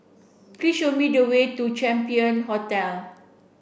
please show me the way to Champion Hotel